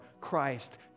Christ